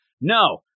no